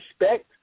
respect